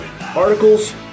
articles